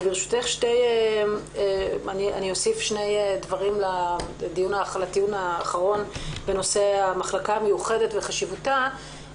ברשותך אוסיף שני דברים לטיעון האחרון בנושא המחלקה המיוחדת וחשיבותה.